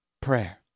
prayer